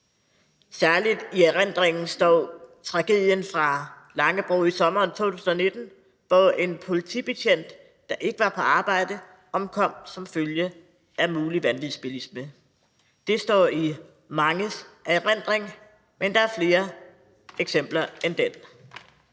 Særligt i erindringen står tragedien fra Langebro i sommeren 2019, hvor en politibetjent, der ikke var på arbejde, omkom som følge af mulig vanvidsbilisme. Det står i manges erindring, men der er flere eksempler end det.